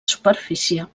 superfície